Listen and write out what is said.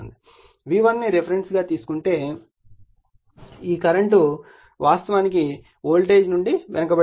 V1 ను రిఫరెన్స్గా తీసుకుంటే ఈ కరెంట్ వాస్తవానికి వోల్టేజ్ నుండి వెనుకబడి ఉంటుంది